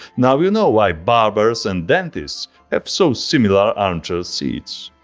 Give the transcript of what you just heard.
now you know why barbers and dentists have so similar armchair seats.